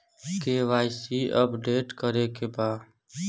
KYC update करे के बा?